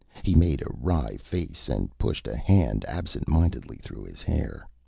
he made a wry face and pushed a hand absent-mindedly through his hair.